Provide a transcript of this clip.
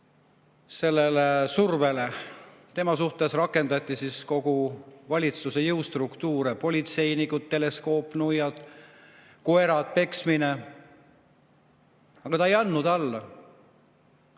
sellele survele. Tema suhtes rakendati kõiki valitsuse jõustruktuure, nagu politseinikud, teleskoopnuiad, koerad, peksmine. Aga ta ei andnud alla.